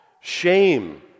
Shame